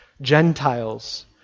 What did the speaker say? Gentiles